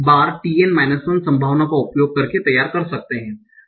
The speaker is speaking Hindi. tn 1 संभावना का उपयोग करके तैयार कर सकते हैं